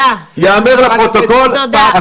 ייאמר לפרוטוקול שהכתבה שקרית.